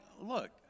look